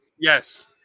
Yes